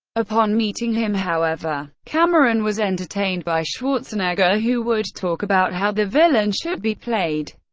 upon meeting him, however, cameron was entertained by schwarzenegger who would talk about how the villain should be played.